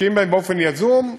משקיעים בהן באופן יזום,